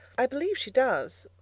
i believe she does.